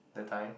that time